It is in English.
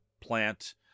plant